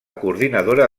coordinadora